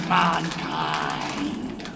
mankind